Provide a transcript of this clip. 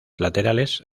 laterales